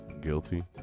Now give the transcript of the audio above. guilty